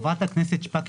חברת הכנסת שפק,